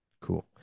Cool